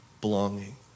belonging